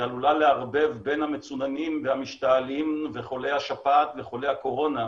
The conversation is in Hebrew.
שעלולה לערבב בין המצוננים והמשתעלים וחולי השפעת וחולי הקורונה.